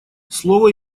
слово